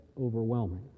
overwhelming